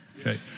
okay